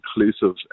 inclusive